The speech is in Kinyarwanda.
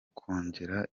kongera